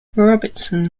robertson